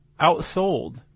outsold